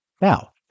Now